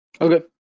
okay